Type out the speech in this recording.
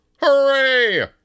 Hooray